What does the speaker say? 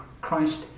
Christ